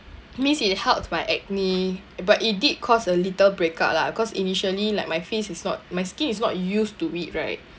means it helped my acne but it did cause a little breakup lah cause initially like my face is not my skin is not used to it right